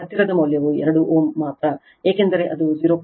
ಆದ್ದರಿಂದ ಹತ್ತಿರದ ಮೌಲ್ಯವು 2 Ω ಮಾತ್ರ ಏಕೆಂದರೆ ಅದು 0